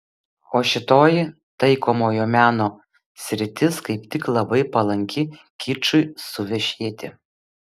o šitoji taikomojo meno sritis kaip tik labai palanki kičui suvešėti